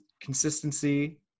consistency